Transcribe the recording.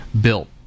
built